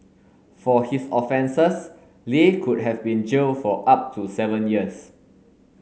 for his offences Li could have been jailed for up to seven years